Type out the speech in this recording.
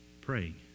praying